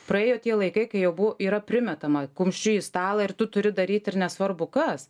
praėjo tie laikai kai jau buvo yra primetama kumščiu į stalą ir tu turi daryt ir nesvarbu kas